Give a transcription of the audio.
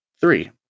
three